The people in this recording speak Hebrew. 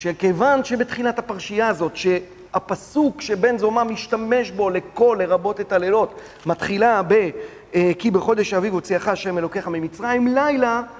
שכיוון שבתחילת הפרשייה הזאת, שהפסוק שבן זומא משתמש בו לכל, לרבות את הלילות, מתחילה ב... כי בחודש האביב הוציאכה השם אלוקיך ממצרים, לילה